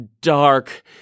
dark